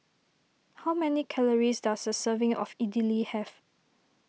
how many calories does a serving of Idili have